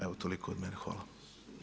Evo toliko od mene, hvala.